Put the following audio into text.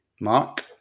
Mark